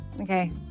okay